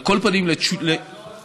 על כל פנים, אני יכול לעזור לך?